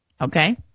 Okay